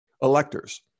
electors